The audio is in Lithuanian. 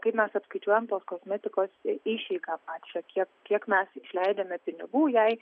kaip mes apskaičiuojam tos kosmetikos išeigą pačią kiek kiek mes išleidžiame pinigų jai